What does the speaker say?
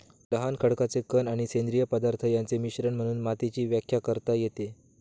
लहान खडकाचे कण आणि सेंद्रिय पदार्थ यांचे मिश्रण म्हणून मातीची व्याख्या करता येते